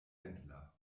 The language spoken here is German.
händler